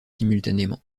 simultanément